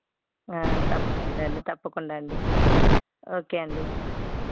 తప్పకుండా అండి తప్పకుండా అండి ఓకే అండి